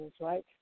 right